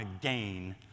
gain